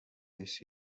viz